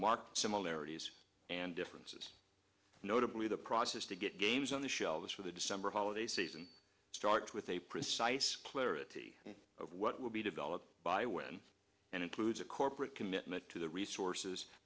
marked similarities and differences notably the process to get games on the shelves for the december holiday season starts with a precise clarity of what will be developed by when and includes a corporate commitment to the resources